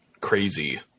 crazy